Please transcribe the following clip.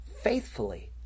faithfully